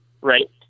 Right